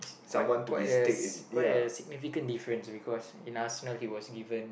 quite quite a quite a significant difference because in Arsenal he was given